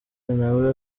nawe